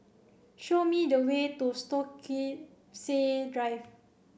show me the way to Stokesay Drive